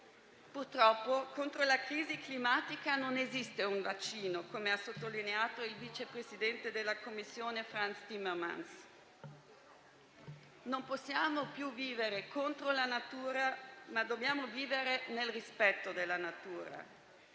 Purtroppo, contro la crisi climatica non esiste un vaccino, come ha sottolineato il vicepresidente della Commissione Frans Timmermans; non possiamo più vivere contro la natura, ma dobbiamo vivere nel rispetto della natura.